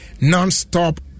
non-stop